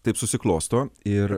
taip susiklosto ir